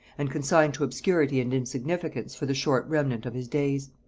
and consigned to obscurity and insignificance for the short remnant of his days.